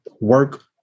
work